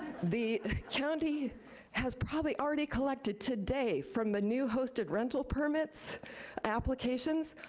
the county has probably already collected today from the new hosted rental permits applications,